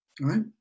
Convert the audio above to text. right